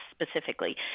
specifically